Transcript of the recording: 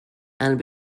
and